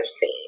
seen